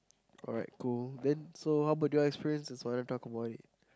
alright cool then so how about your experiences do you wanna talk about it